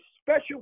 special